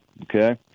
Okay